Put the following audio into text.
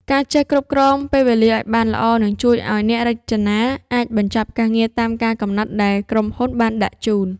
ការចេះគ្រប់គ្រងពេលវេលាឱ្យបានល្អនឹងជួយឱ្យអ្នករចនាអាចបញ្ចប់ការងារតាមកាលកំណត់ដែលក្រុមហ៊ុនបានដាក់ជូន។